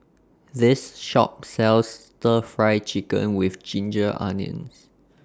This Shop sells Stir Fry Chicken with Ginger Onions